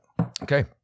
Okay